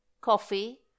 coffee